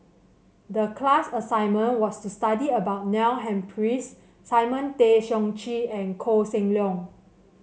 the class assignment was to study about Neil Humphreys Simon Tay Seong Chee and Koh Seng Leong